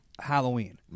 Halloween